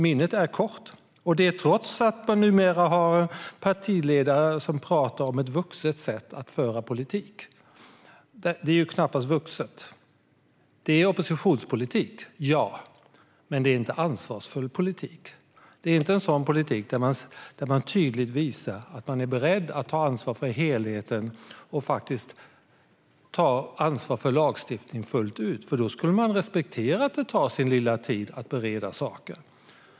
Minnet är kort, och detta trots att man numera har en partiledare som talar om ett vuxet sätt att föra politik. Det är ju knappast vuxet. Det är oppositionspolitik - ja. Men det är inte en ansvarsfull politik. Det är inte en sådan politik där man tydligt visar att man är beredd att ta ansvar för helheten och tar ansvar för lagstiftningen fullt ut, för då skulle man respektera att det tar sin lilla tid att bereda saken.